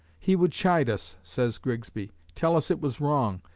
he would chide us, says grigsby, tell us it was wrong,